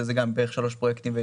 שזה בערך שלושה פרויקטים.